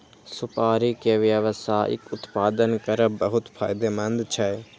सुपारी के व्यावसायिक उत्पादन करब बहुत फायदेमंद छै